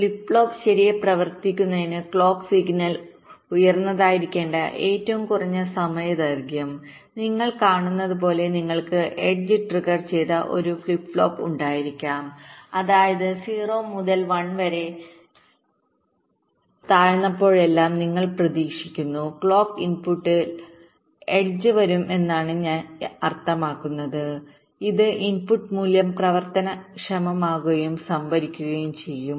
flip flop ശരിയായി പ്രവർത്തിക്കുന്നതിന് clock signal ഉയർന്നതായിരിക്കേണ്ട ഏറ്റവും കുറഞ്ഞ സമയദൈർഘ്യം നിങ്ങൾ കാണുന്നതുപോലെ നിങ്ങൾക്ക് എഡ്ജ് ട്രിഗർ ചെയ്ത ഒരു ഫ്ലിപ്പ് ഫ്ലോപ്പ് ഉണ്ടായിരിക്കാം അതായത് 0 മുതൽ 1 വരെ താഴ്ന്നപ്പോഴെല്ലാം നിങ്ങൾ പ്രതീക്ഷിക്കുന്നു ക്ലോക്ക് ഇൻപുട്ടിൽ എഡ്ജ് വരുന്നുവെന്നാണ് ഞാൻ അർത്ഥമാക്കുന്നത് ഇത് ഇൻപുട്ട് മൂല്യം പ്രവർത്തനക്ഷമമാക്കുകയും സംഭരിക്കുകയും ചെയ്യും